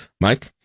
Mike